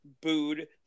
booed